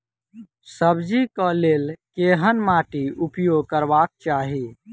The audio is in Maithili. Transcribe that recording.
सब्जी कऽ लेल केहन माटि उपयोग करबाक चाहि?